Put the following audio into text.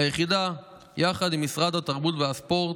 היחידה, יחד עם משרד התרבות והספורט,